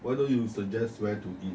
why don't you suggest where to eat